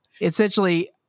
Essentially